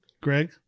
Greg